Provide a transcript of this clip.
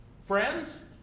Friends